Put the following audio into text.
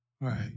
right